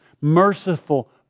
merciful